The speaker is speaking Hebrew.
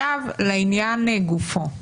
לעניין גופו.